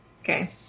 Okay